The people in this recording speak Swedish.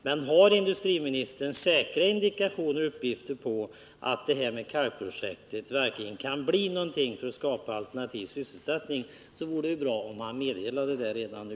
Men har industriministern säkra indikationer på och uppgifter om att kalkprojektet verkligen kan bli någonting för att skapa alternativ sysselsättning, så vore det bra om han meddelade det redan nu.